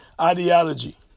ideology